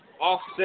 offset